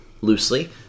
loosely